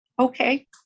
Okay